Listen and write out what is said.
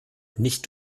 nicht